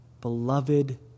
beloved